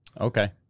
Okay